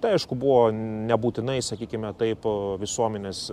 tai aišku buvo nebūtinai sakykime taip visuomenės